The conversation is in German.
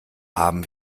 haben